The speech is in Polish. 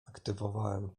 aktywowałem